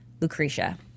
Lucretia